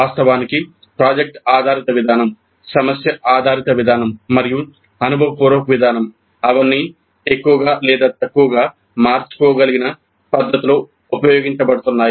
వాస్తవానికి ప్రాజెక్ట్ ఆధారిత విధానం సమస్య ఆధారిత విధానం మరియు అనుభవపూర్వక విధానం అవన్నీ ఎక్కువ లేదా తక్కువ మార్చుకోగలిగిన పద్ధతిలో ఉపయోగించబడుతున్నాయి